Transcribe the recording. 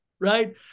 Right